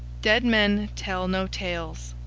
dead men tell no tales,